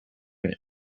one